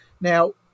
now